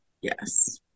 Yes